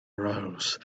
rose